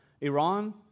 Iran